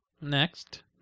Next